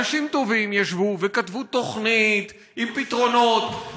אנשים טובים ישבו וכתבו תוכנית עם פתרונות,